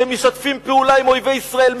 שמשתפים פעולה עם אויבי ישראל,